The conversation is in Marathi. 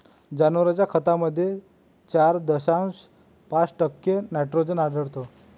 जनावरांच्या खतामध्ये चार दशांश पाच टक्के नायट्रोजन आढळतो